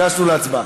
ניגשנו להצבעה.